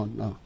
no